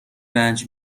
رنج